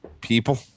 people